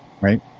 right